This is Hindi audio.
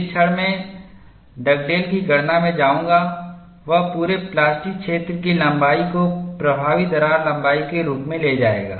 जिस क्षण मैं डगडेलDugdale's की गणना में जाऊंगा वह पूरे प्लास्टिक क्षेत्र की लंबाई को प्रभावी दरार लंबाई के रूप में ले जाएगा